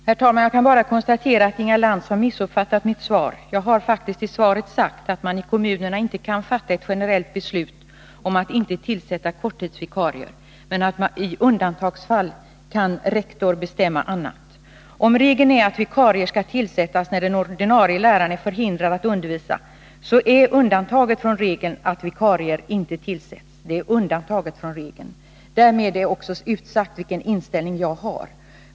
Herr talman! Jag kan bara konstatera att Inga Lantz har missuppfattat mitt svar. Jag har faktiskt i svaret sagt att man i kommunerna inte kan fatta ett generellt beslut om att inte tillsätta korttidsvikarier, men att rektor i undantagsfall kan bestämma annat. Om regeln är att vikarie skall tillsättas när den ordinarie läraren är förhindrad att undervisa, så är undantaget från regeln att vikarie inte tillsätts. Därmed är också utsagt vilken inställning jag har.